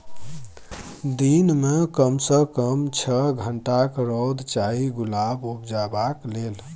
दिन मे कम सँ कम छअ घंटाक रौद चाही गुलाब उपजेबाक लेल